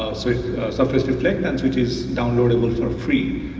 so surface reflectance which is down loadable for free.